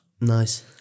Nice